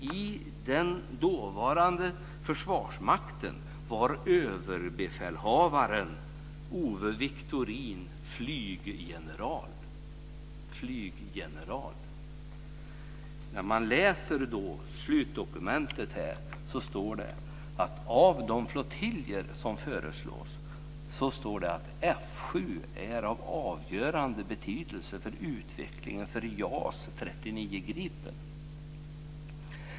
I den dåvarande När man läser slutdokumentet ser man att av de flottiljer som föreslås är F 7 av avgörande betydelse för utvecklingen av JAS 39 Gripen.